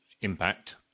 impact